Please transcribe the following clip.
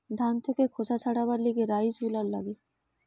ধান থেকে খোসা ছাড়াবার লিগে রাইস হুলার লাগে